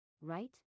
right